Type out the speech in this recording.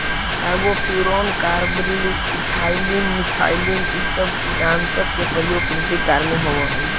carbofuran, carbaryl, ethylene, methylene इ सब कीटनाशक के प्रयोग कृषि कार्य में होवऽ हई